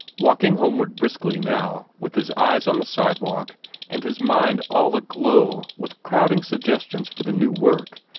walking homeward briskly now, with his eyes on the sidewalk and his mind all aglow with crowding suggestions for the new work,